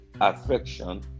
affection